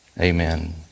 Amen